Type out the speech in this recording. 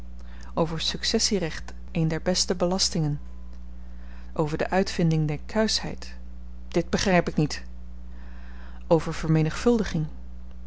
over successierecht een der beste belastingen over de uitvinding der kuisheid dit begryp ik niet over